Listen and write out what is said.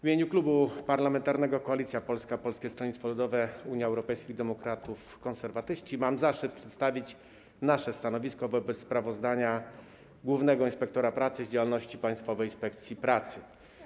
W imieniu Klubu Parlamentarnego Koalicja Polska, Polskie Stronnictwo Ludowe, Unia Europejskich Demokratów, Konserwatyści mam zaszczyt przedstawić nasze stanowisko wobec sprawozdania głównego inspektora pracy z działalności Państwowej Inspekcji Pracy.